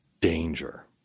danger